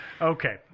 Okay